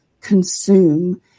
consume